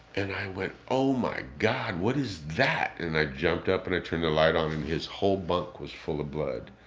and i went, oh my god. what is that? and i jumped up and i turned the light on and his whole bunk was full of blood.